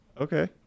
okay